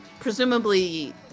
Presumably